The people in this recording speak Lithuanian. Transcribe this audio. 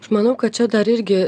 aš manau kad čia dar irgi